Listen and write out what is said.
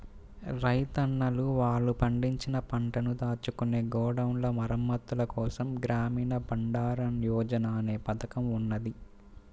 రైతన్నలు వాళ్ళు పండించిన పంటను దాచుకునే గోడౌన్ల మరమ్మత్తుల కోసం గ్రామీణ బండారన్ యోజన అనే పథకం ఉన్నది